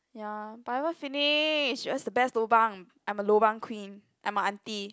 ya but I ever finished where's the best lobang I'm a lobang queen I'm a auntie